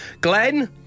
Glenn